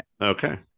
Okay